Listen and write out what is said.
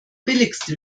billigste